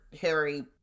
Harry